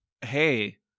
hey